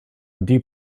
deep